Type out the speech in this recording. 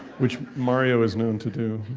which mario is known to do